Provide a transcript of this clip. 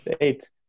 eight